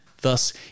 Thus